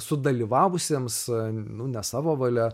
sudalyvavusiems nu ne savo valia